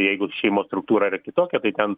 jeigu šeimos struktūra yra kitokia tai ten